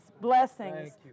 Blessings